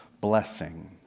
blessing